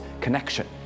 Connection